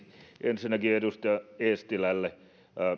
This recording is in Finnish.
ensinnäkin edustaja eestilälle